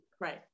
Right